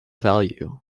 value